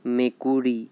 মেকুৰী